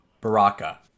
Baraka